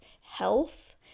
health